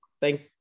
thank